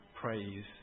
praise